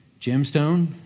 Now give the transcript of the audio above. gemstone